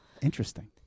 Interesting